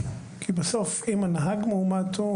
כי בסוף אם הנהג מאומת,